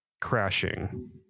crashing